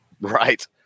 right